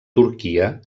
turquia